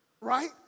Right